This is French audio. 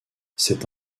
c’est